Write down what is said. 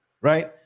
right